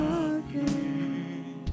again